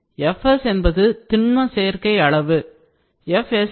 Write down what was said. fsஎன்பது திண்ம சேர்க்கை அளவு solids loading